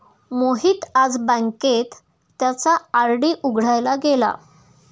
मोहित आज बँकेत त्याचा आर.डी उघडायला गेला